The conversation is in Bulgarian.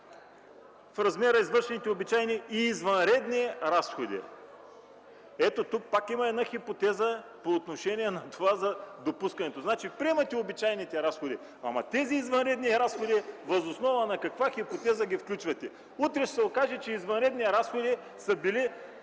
в размер на извършените обичайни и извънредни разходи. Ето тук има пак една хипотеза по отношение на това за допускането. Значи, приемате обичайните разходи, ама тези извънредни разходи, въз основа на каква хипотеза ги включвате? Утре ще се окаже, че извънредни разходи са били